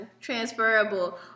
transferable